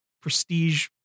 prestige